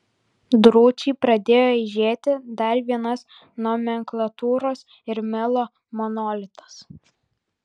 drūčiai pradėjo aižėti dar vienas nomenklatūros ir melo monolitas